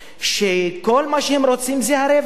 שכל מה שהם רוצים זה הרווח.